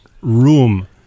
room